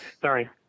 Sorry